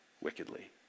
wickedly